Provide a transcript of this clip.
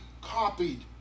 copied